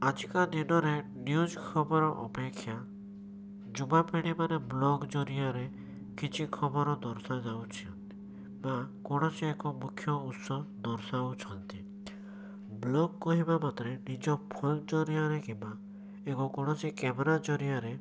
ଆଜିକା ଦିନରେ ନ୍ୟୁଜ୍ ଖବର ଅପେକ୍ଷା ଯୁବପିଢ଼ିମାନେ ବ୍ଲଗ୍ ଜରିଆରେ କିଛି ଖବର ଦର୍ଶାଯାଉଛନ୍ତି ବା କୌଣସି ଏକ ମୁଖ୍ୟ ଉତ୍ସ ଦର୍ଶାଉଛନ୍ତି ବ୍ଲଗ କହିବା ମାନେ ନିଜ ଫୋନ୍ ଜରିଆରେ କିମ୍ବା ଏକ କୌଣସି କ୍ୟାମେରା ଜରିଆରେ